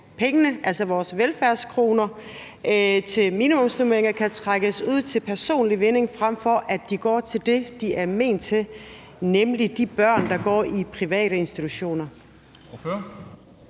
at pengene, altså vores velfærdskroner, til minimumsnormeringer kan trækkes ud til personlig vinding, frem for at de går til det, de er ment til, nemlig de børn, der går i private institutioner.